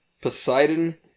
Poseidon